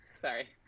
sorry